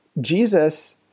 Jesus